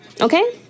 Okay